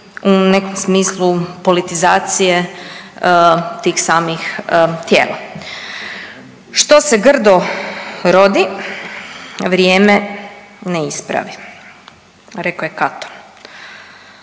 u nekom smislu politizacije tih samih tijela. Što se grdo rodi vrijeme ne ispravi, rekao je Katon